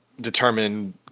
determine